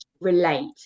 relate